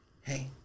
hey